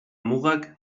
mugak